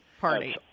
party